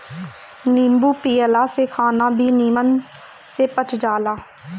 नींबू पियला से खाना भी निमन से पच जाला